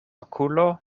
okulo